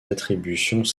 attributions